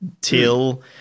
till